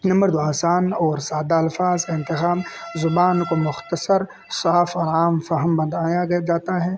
number دو آسان اور سادہ الفاظ کا انتخاب زبان کو مختصر صاف اور عام فہم بنایا گیا جاتا ہے